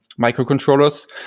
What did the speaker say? microcontrollers